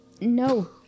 No